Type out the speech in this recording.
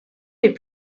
les